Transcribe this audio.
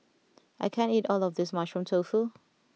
I can't eat all of this Mushroom Tofu